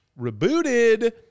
rebooted